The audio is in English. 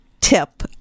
tip